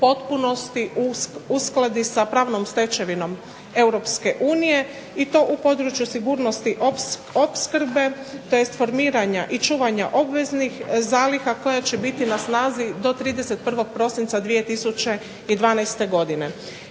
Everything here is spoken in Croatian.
potpunosti uskladi s pravnom stečevinom EU i to u području sigurnosti opskrbe, tj. formiranja i čuvanja obveznih zaliha koje će biti na snazi do 31. prosinca 2012. godine.